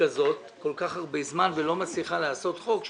כזאת כל כך הרבה זמן ולא מצליחה לחוקק